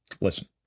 Listen